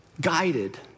guided